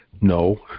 No